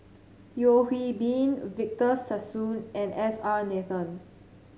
Yeo Hwee Bin Victor Sassoon and S R Nathan